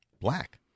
Black